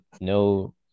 no